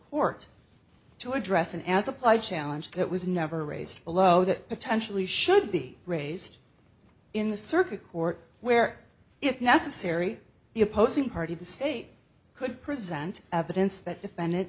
court to address an as applied challenge that was never raised below that potentially should be raised in the circuit court where if necessary the opposing party the state could present evidence that defend